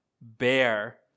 bear